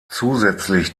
zusätzlich